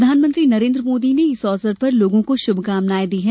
प्रधानमंत्री नरेन्द्र मोदी ने इस अवसर पर लोगों को शुभकामनाएं दी हैं